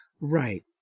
Right